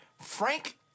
Frank